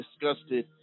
disgusted